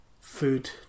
food